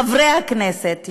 חברי הכנסת,